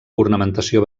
ornamentació